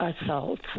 assault